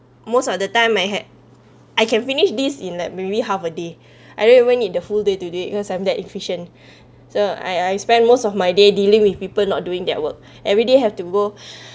most of the time I had I can finish this in like maybe half a day I really went in the full day today because I'm that efficient so I I spent most of my day dealing with people not doing their work everyday have to go